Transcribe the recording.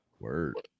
Word